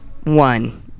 one